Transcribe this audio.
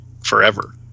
forever